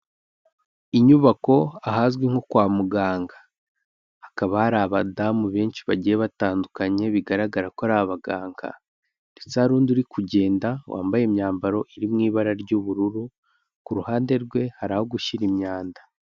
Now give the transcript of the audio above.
Inyubako ahazwi nko kwa muganga, hakaba hari abadamu benshi bagiye batandukanye, bigaragara ko ari abaganga ndetse hari undi uri kugenda wambaye imyambaro iri mu ibara ry'ubururu, ku ruhande rwe hari aho gushyira imyanda.